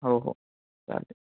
हो हो चालेल